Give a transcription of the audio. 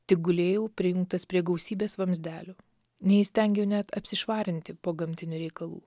tik gulėjau prijungtas prie gausybės vamzdelių neįstengiau net apsišvarinti po gamtinių reikalų